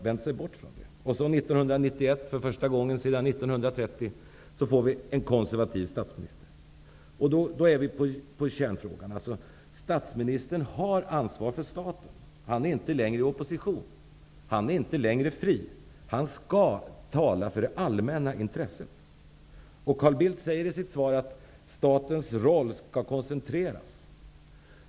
År 1991, för första gången sedan 1930, får Sverige en konservativ statsminister. Då är vi tillbaka till kärnfrågan. Statsministern har ansvar för staten. Han är inte längre i opposition. Han är inte längre fri. Han skall tala för det allmännas intresse. Carl Bildt sade i sitt svar att statens roll skall koncentreras.